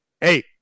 hey